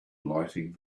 lighting